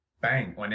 bang